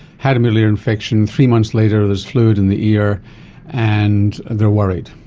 had a middle ear infection, three months later there's fluid in the ear and they are worried.